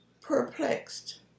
perplexed